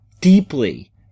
deeply